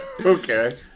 Okay